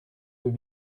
deux